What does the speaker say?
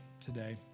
today